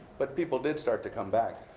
but people did start to come back.